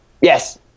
yes